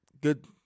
good